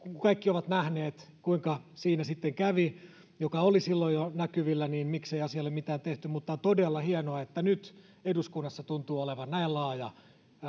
kun kun kaikki ovat nähneet kuinka siinä sitten kävi mikä oli jo silloin näkyvillä niin en tiedä miksei asialle sen jälkeen mitään tehty mutta on todella hienoa että nyt eduskunnassa tuntuu olevan näin laaja